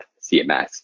CMS